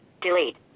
Delete